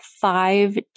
five